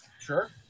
Sure